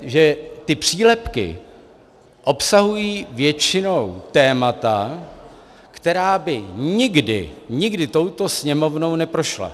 Že ty přílepky obsahují většinou témata, která by nikdy, nikdy touto Sněmovnou neprošla.